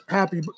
Happy